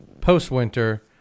post-winter